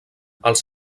els